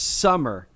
summer